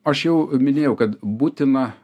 aš jau minėjau kad būtina